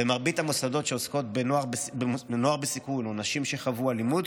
במרבית המוסדות שעוסקים בנוער בסיכון או בנשים שחוו אלימות